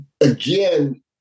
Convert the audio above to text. again